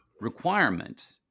requirement